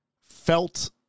felt